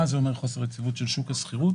מה זה אומר חוסר יציבות של שוק השכירות?